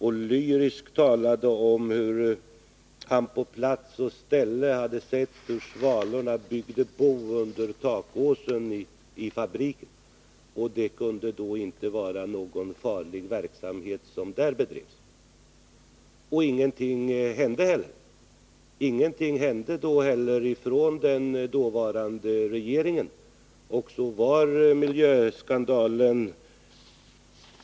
Det talades lyriskt om att man på ort och ställe hade sett svalorna bygga bo under takåsen på fabriken. Det kunde således inte vara någon farlig verksamhet som där bedrevs, menade man. Den dåvarande regeringen gjorde inte heller något.